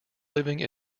living